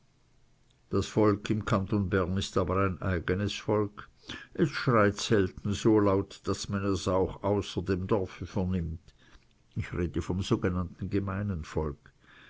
das volk im kanton bern ist aber ein eigenes volk es schreit selten so laut daß man es auch außer dem dorfe vernimmt ich rede vom sogenannten gemeinen volk